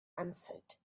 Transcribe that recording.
answered